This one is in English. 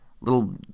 little